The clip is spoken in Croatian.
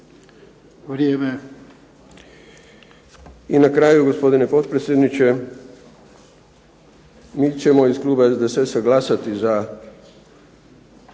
Vrijeme!/... I na kraju gospodine potpredsjedniče, mi ćemo iz kluba SDSS-a glasati za